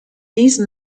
these